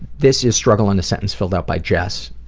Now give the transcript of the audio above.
this is struggle in a sentence filled out by jess.